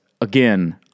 again